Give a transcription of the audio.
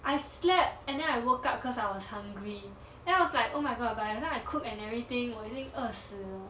I slept and then I woke up cause I was hungry then I was like oh my god by the time I cook and everything 我已经饿死了